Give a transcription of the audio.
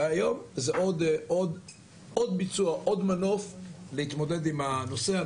והיום זה עוד מנוף להתמודד עם הנושא.